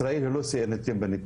ישראל היא לא שיאנית בניתוחים.